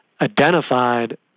identified